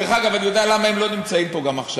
דרך אגב, אני יודע למה הם לא נמצאים פה גם עכשיו.